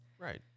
Right